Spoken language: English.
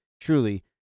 Truly